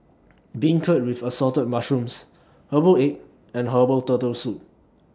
Beancurd with Assorted Mushrooms Herbal Egg and Herbal Turtle Soup